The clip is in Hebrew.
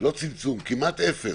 לא צמצום, כמעט אפס.